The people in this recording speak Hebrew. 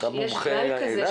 אתה מומחה לים המלח,